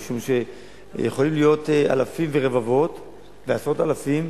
משום שיכולים להיות אלפים ורבבות ועשרות אלפים